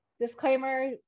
disclaimer